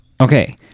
Okay